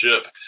ship